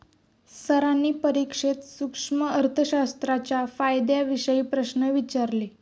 सरांनी परीक्षेत सूक्ष्म अर्थशास्त्राच्या फायद्यांविषयी प्रश्न विचारले